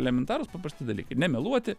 elementarūs paprasti dalykai nemeluoti